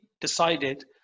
decided